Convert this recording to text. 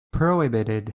prohibited